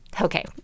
okay